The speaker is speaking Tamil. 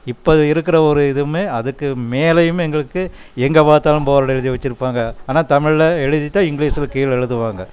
இப்போ இருக்கிற ஒரு இதுவுமே அதுக்கு மேலேயுமே எங்களுக்கு எங்கே பார்த்தாலும் போர்ட்ல எழுதி வச்சிருப்பாங்க ஆனால் தமிழ்ல எழுதித்தான் இங்கிலீஷ்ல கீழே எழுதுவாங்க